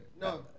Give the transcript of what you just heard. No